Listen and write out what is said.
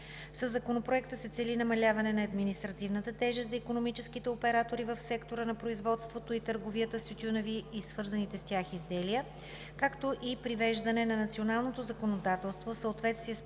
Със Законопроекта се цели намаляване на административната тежест за икономическите оператори в сектора на производството и търговията с тютюневи и свързаните с тях изделия, както и привеждане на националното законодателство в съответствие с